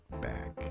back